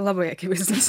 labai akivaizdus